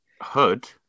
Hood